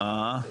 אהה.